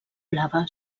blava